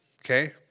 okay